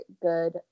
good